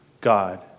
God